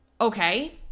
Okay